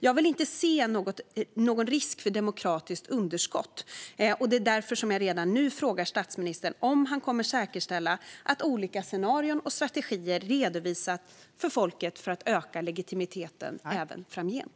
Jag vill inte se någon risk för demokratiskt underskott, och det är därför som jag redan nu frågar statsministern: Kommer han att säkerställa att olika scenarier och strategier redovisas för folket för att öka legitimiteten även framgent?